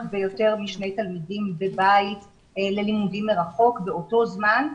ביותר משני תלמידים בבית ללימודים מרחוק באותו זמן,